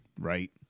right